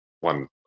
one